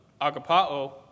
agapao